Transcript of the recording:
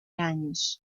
años